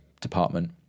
department